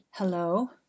Hello